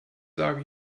sag